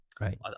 right